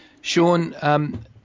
Sean